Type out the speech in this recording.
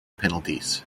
penalties